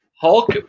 Hulk